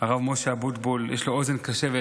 הרב משה אבוטבול, יש לו אוזן קשבת